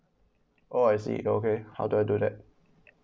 orh I see okay how do I do that